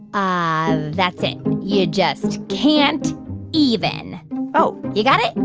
ah that's it. you just can't even oh you got it? and